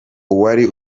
uwari